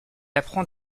apprend